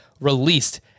released